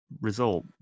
result